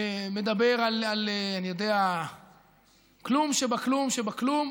מדבר על כלום שבכלום שבכלום,